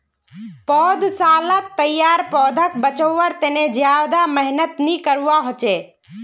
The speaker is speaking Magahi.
पौधसालात तैयार पौधाक बच्वार तने ज्यादा मेहनत नि करवा होचे